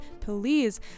please